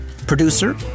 Producer